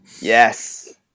Yes